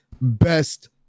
best